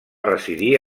residir